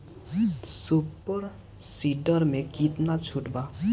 Super seeder मै कितना छुट बा?